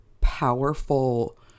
powerful